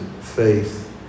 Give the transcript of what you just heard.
faith